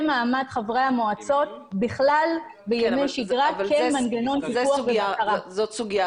מעמד חברי המועצות בכלל בימי שגרה כמנגנון פיקוח ובקרה.